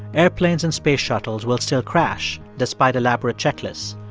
airplanes and space shuttles will still crash despite elaborate checklists.